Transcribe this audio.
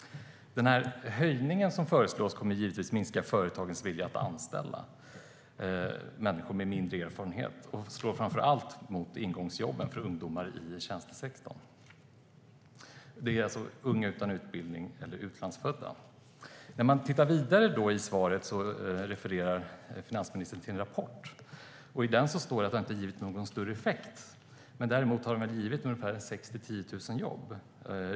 Den höjning som föreslås kommer givetvis att minska företagens vilja att anställa människor med mindre erfarenhet. Det slår framför allt mot ingångsjobben i tjänstesektorn för unga utan utbildning och utlandsfödda. I svaret refererar finansministern till en rapport. I den står det att sänkningen inte har givit någon större effekt men att den har givit ungefär 6 000-10 000 jobb.